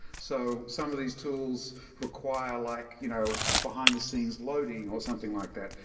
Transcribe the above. so some of these tools require like you know behind-the-scenes loading, or something like that.